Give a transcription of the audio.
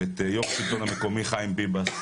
ואת יושב ראש השלטון המקומי חיים ביבס,